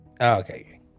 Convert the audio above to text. Okay